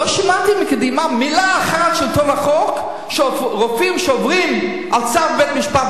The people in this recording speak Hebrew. לא שמעתם מקדימה מלה אחת על שלטון החוק כשרופאים שוברים צו בית-משפט,